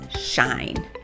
shine